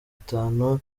itanu